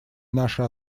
наше